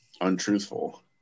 untruthful